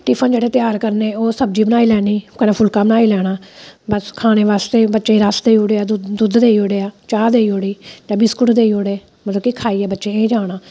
tiffin जेह्ड़े तैयार करने ओह् सब्जी बनाई लैनी कन्नै फुल्का बनाई लैना बस खाने बास्तै बच्चें गी रस देई उड़ेआ दुद्ध देई उड़ेआ चा देई उड़ी ते बिस्कुट देई उड़ी मतलब कि खाइयै बच्चें जाना